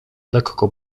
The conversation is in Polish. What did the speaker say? lekko